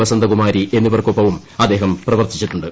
വസന്തകുമാരി എന്നിവർക്കൊപ്പവും അദ്ദേഹം പ്രവർത്തിച്ചിട്ടുണ്ട്